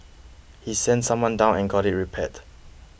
he sent someone down and got it repaired